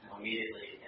immediately